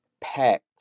packed